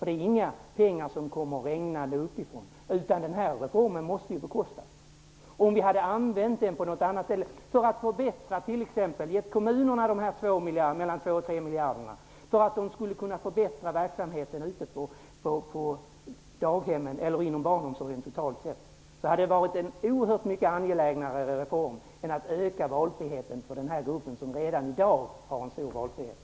Det är inga pengar som kommer regnande uppifrån. Reformen måste bekostas. Om ni hade använt pengarna på något annat, t.ex. givit kommunerna dessa 2--3 miljarder för att de skulle kunna förbättra veksamheten på daghemmen eller inom barnomsorgen totalt sett, så hade det varit en oerhört mycket angelägnare reform än att öka valfriheten för den här gruppen, som redan i dag har en stor valfrihet.